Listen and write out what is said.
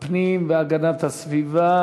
הפנים והגנת הסביבה?